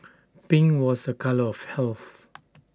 pink was A colour of health